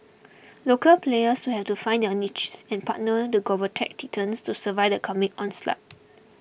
local players will have to find their niche and partner the global tech titans to survive the coming onslaught